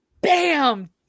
bam